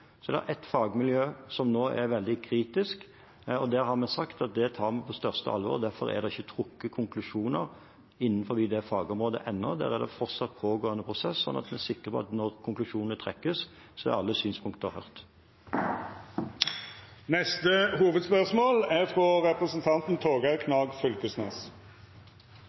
ett fagmiljø som nå er veldig kritisk, og det har vi sagt at det tar vi på største alvor. Derfor er det ikke trukket konklusjoner innenfor det fagområdet ennå. Der er det fortsatt en pågående prosess, sånn at en er sikker på at når konklusjonene trekkes, er alle synspunkter hørt. Me går til neste